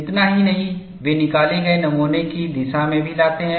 इतना ही नहीं वे निकाले गए नमूने की दिशा में भी लाते हैं